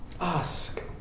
Ask